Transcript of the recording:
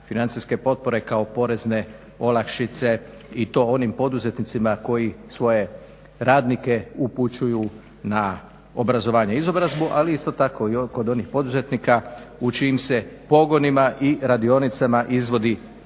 financijske potpore kao porezne olakšice i to onim poduzetnicima koji svoje radnike upućuju na obrazovanje i izobrazbu. Ali isto tako i kod onih poduzetnika u čijim se pogonima i radionicama izvodi praktična